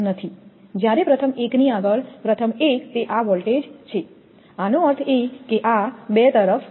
જ્યારે પ્રથમ એકની આગળ પ્રથમ એક તે આ વોલ્ટેજ છે આનો અર્થ એ કે આ બે તરફ છે